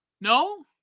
No